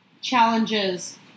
challenges